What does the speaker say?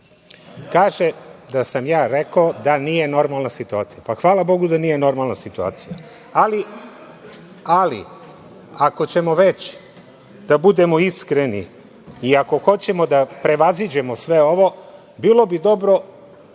kaže da sam ja rekao da nije normalna situacija. Hvala Bogu da nije normalna situacija. Ali, ako ćemo već da budemo iskreni i ako hoćemo da prevaziđemo sve ovo bilo bi dobro